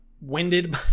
winded